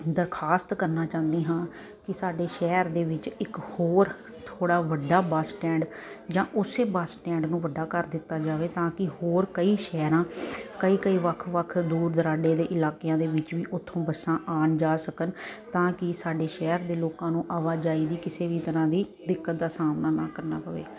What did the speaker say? ਦਰਖ਼ਾਸਤ ਕਰਨਾ ਚਾਹੁੰਦੀ ਹਾਂ ਕਿ ਸਾਡੇ ਸ਼ਹਿਰ ਦੇ ਵਿੱਚ ਇੱਕ ਹੋਰ ਥੋੜ੍ਹਾ ਵੱਡਾ ਬੱਸ ਸਟੈਂਡ ਜਾਂ ਉਸ ਬੱਸ ਸਟੈਂਡ ਨੂੰ ਵੱਡਾ ਕਰ ਦਿੱਤਾ ਜਾਵੇ ਤਾਂ ਕਿ ਹੋਰ ਕਈ ਸ਼ਹਿਰਾਂ ਕਈ ਕਈ ਵੱਖ ਵੱਖ ਦੂਰ ਦੁਰਾਡੇ ਦੇ ਇਲਾਕਿਆਂ ਦੇ ਵਿੱਚ ਵੀ ਉੱਥੋਂ ਬੱਸਾਂ ਆਉਣ ਜਾ ਸਕਣ ਤਾਂ ਕਿ ਸਾਡੇ ਸ਼ਹਿਰ ਦੇ ਲੋਕਾਂ ਨੂੰ ਆਵਾਜਾਈ ਦੀ ਕਿਸੇ ਵੀ ਤਰ੍ਹਾਂ ਦੀ ਦਿੱਕਤ ਦਾ ਸਾਹਮਣਾ ਨਾ ਕਰਨਾ ਪਵੇ